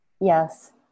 Yes